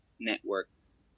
networks